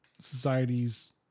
societies